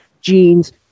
jeans